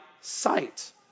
sight